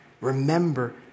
Remember